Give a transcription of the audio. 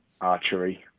Archery